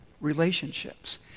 relationships